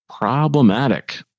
problematic